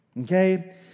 Okay